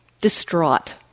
distraught